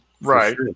Right